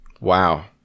Wow